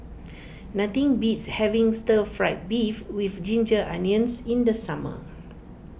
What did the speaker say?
nothing beats having Stir Fried Beef with Ginger Onions in the summer